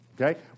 okay